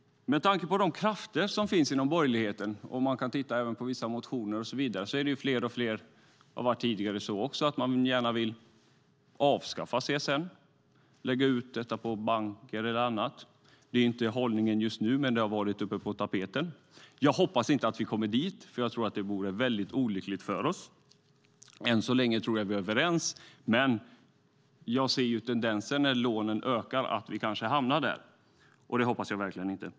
Med tanke på de krafter som finns inom borgerligheten - man kan se det i vissa motioner, och det har varit så tidigare också - är det fler och fler som gärna vill avskaffa CSN, lägga ut detta på banker eller annat. Det är inte hållningen just nu, men det har varit på tapeten. Jag hoppas att vi inte kommer dit, för jag tror att det vore väldigt olyckligt för oss. Än så länge tror jag att vi är överens, men jag ser ju tendensen när lånen ökar att vi kanske hamnar där. Det hoppas jag verkligen inte.